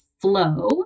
flow